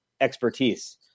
expertise